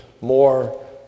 More